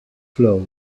float